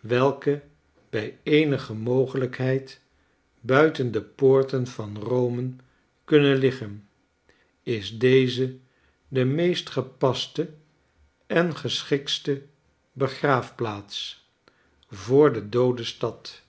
welke bij eenige mogelijkheid buiten de poorten van rome kunnen liggen is deze de meest gepaste en geschiktste begraafplaats voor de doode stad